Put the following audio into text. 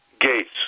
Gates